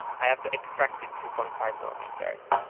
i have to extract it two point five millimeters.